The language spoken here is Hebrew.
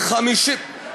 איך אתה יודע?